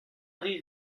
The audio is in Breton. rae